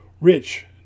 rich